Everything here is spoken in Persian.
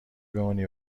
بمونی